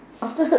after surd